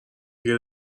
دیگه